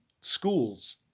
schools